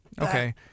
okay